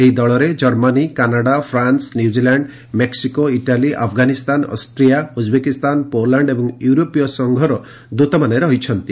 ଏହି ଦଳରେ Germany Canada France New Zealand Mexico Italy Afghanistan Austria Uzbekistan Poland ଏବଂ ୟୁରୋପୀୟ ସଂଘର ଦୃତମାନେ ରହିଛନ୍ତି